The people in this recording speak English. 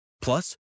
Plus